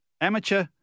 amateur